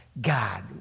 God